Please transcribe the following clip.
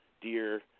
deer